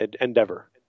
endeavor